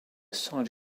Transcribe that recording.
site